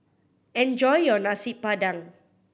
enjoy your Nasi Padang